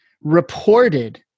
reported